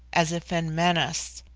as if in menace.